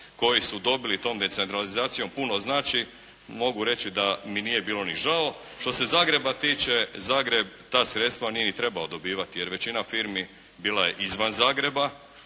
koje su dobili tom decentralizacijom puno znači, mogu reći da mi nije bilo ni žao. Što se Zagreba tiče, Zagreb ta sredstva nije ni trebao dobivati jer većina firmi bila je izvan Zagreba,